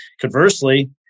conversely